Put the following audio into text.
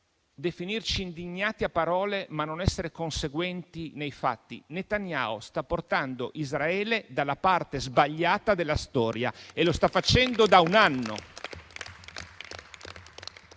definirci indignati a parole, ma non essere conseguenti nei fatti? Netanyahu sta portando Israele dalla parte sbagliata della storia e lo sta facendo da un anno.